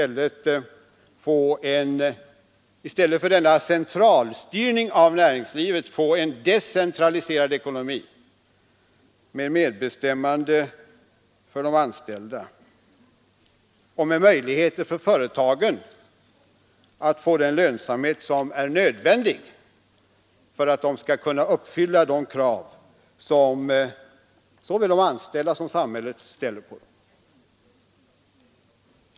Låt oss i stället för denna centralstyrning av näringslivet få en decentraliserad ekonomi med medbestämmande för de anställda och med möjligheter för företagen att få den lönsamhet som är nödvändig för att de skall kunna uppfylla de krav som såväl de anställda som samhället ställer på dem!